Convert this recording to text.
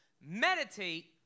meditate